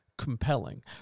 compelling